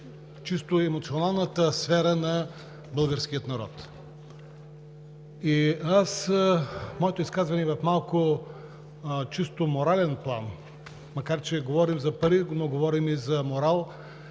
моето изказване в чисто морален план, макар че говорим за пари, но говорим и за морал,